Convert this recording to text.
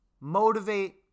Motivate